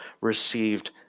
received